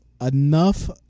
Enough